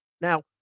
Now